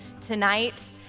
tonight